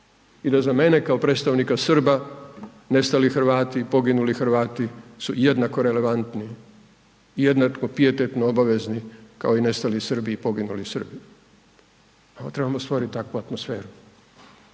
i da za mene, kao predstavnika Srba, nestali Hrvati, poginuli Hrvati su jednako relevantni i jednako …/Govornik se ne razumije./… obavezni kao i nestali Srbi i poginuli Srbi, samo trebamo stvoriti takvu atmosferu.